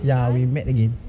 ya we met again